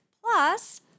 plus